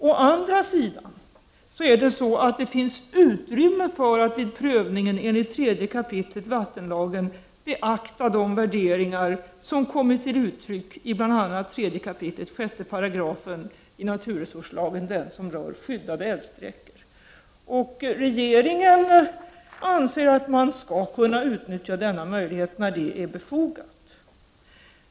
Å andra sidan finns det utrymme för att vid prövningen enligt 3 kap. vattenlagen beakta de värderingar som kommer till uttryck i bl.a. 3 kap. 6§ naturresurslagen, den som rör skyddade älvsträckor. Regeringen anser att man skall kunna utnyttja denna möjlighet när det är befogat.